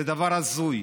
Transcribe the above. זה דבר הזוי.